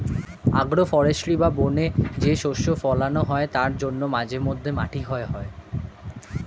agro forestry বা বনে যে শস্য ফোলানো হয় তার জন্য মাঝে মধ্যে মাটি ক্ষয় হয়